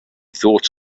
thought